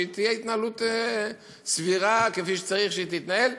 שתהיה התנהלות סבירה וכפי שצריך שהיא תתנהל.